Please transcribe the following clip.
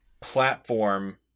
platform